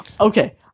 okay